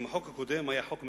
אם החוק הקודם היה חוק מטופש,